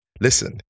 Listen